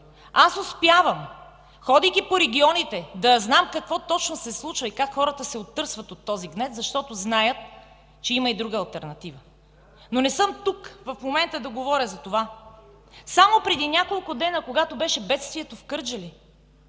аз успявам, ходейки по регионите, да знам какво точно се случва и как хората се отърсват от този гнет, защото знаят, че има и друга алтернатива, но не съм тук в момента да говоря за това. Само преди няколко дни, когато беше бедствието в Кърджали,